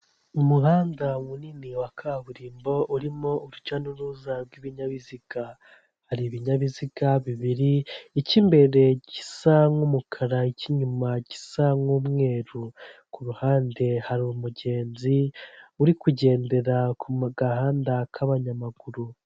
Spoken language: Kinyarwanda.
Umuhanda munini wa kaburimbo urimo urujya n'uruza rw'ibinyabiziga. Hari ibinyabiziga bibiri icy'imbere gisa nk'umukara icy'inyuma gisa nk'umweru ku ruhande hari umugenzi uri kugendera mugahanda k'abanyamaguru.